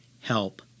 help